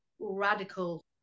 radical